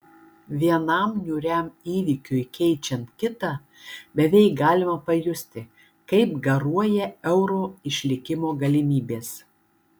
vienam niūriam įvykiui keičiant kitą beveik galima pajusti kaip garuoja euro išlikimo galimybės